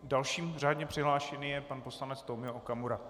Dalším řádně přihlášeným je pan poslanec Tomio Okamura.